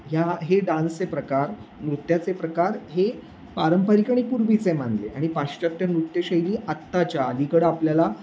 ह्या हे डान्सचे प्रकार नृत्याचे प्रकार हे पारंपरिक आणि पूर्वीचे मानले आणि पाश्चात्य नृत्यशैली आताच्या अलीकडं आपल्याला